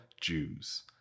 jews